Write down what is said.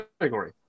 category